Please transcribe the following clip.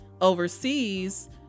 overseas